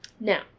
Now